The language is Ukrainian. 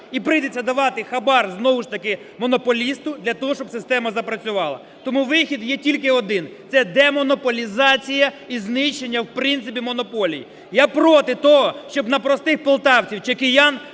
і прийдеться давати хабар знову ж таки монополісту для того, щоб система запрацювала. Тому вихід є тільки один – це демонополізація і знищення в принципі монополій. Я проти того, щоб на простих полтавців чи киян